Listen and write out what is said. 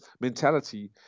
mentality